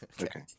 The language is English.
Okay